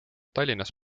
tallinnas